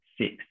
six